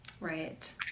Right